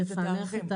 לפענח את שיטת הקידוד?